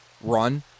run